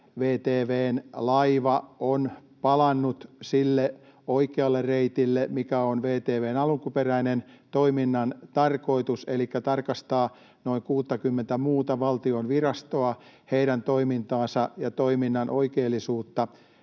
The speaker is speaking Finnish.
VTV:n laiva on palannut sille oikealle reitille, mikä on VTV:n toiminnan alkuperäinen tarkoitus, elikkä tarkastamaan noin 60:ta muuta valtion virastoa, heidän toimintaansa ja toiminnan oikeellisuutta.